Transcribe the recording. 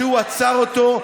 שהוא עצר אותו,